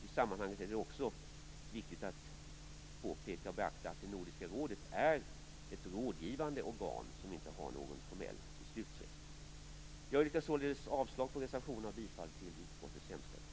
I sammanhanget är det också viktigt att påpeka och beakta att Nordiska rådet är ett rådgivande organ som inte har någon formell beslutsrätt. Jag yrkar således avslag på reservationerna och bifall till utskottet hemställan.